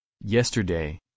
Yesterday